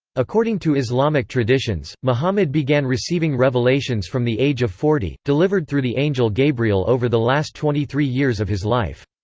according to islamic traditions, muhammad began receiving revelations from the age of forty, delivered through the angel gabriel over the last twenty three years of his life.